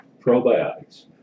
probiotics